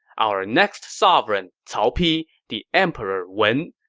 our next sovereign, cao pi, the emperor wen,